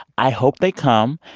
i hope they come,